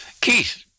Keith